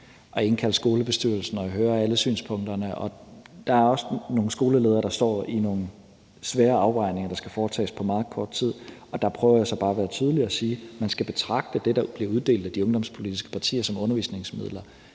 at indkalde skolebestyrelsen og høre alle synspunkterne. Der er også nogle skoleledere, der står over for nogle svære afvejninger, der skal foretages på meget kort tid, og der prøver jeg så bare at være tydelig og sige, at man skal betragte det, der bliver uddelt af de ungdomspolitiske partier, som undervisningsmidler